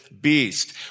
beast